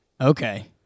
okay